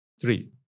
Three